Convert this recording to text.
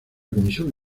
comisión